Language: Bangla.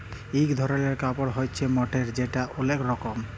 ইক ধরলের কাপড় হ্য়চে মহের যেটা ওলেক লরম